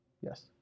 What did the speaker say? yes